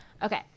Okay